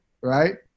right